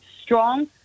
Strong